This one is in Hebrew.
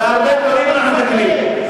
הרבה דברים אנחנו מתקנים.